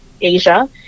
Asia